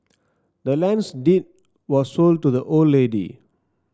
the land's deed was sold to the old lady